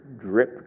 drip